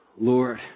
Lord